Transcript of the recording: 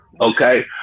okay